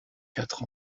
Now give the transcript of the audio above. quatre